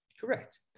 Correct